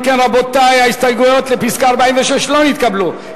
אם כן, רבותי, הסתייגות 46 לא נתקבלה.